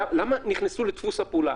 למה נכנסו לדפוס הפעולה?